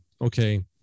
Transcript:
okay